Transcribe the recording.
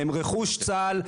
הם רכוש צה"ל,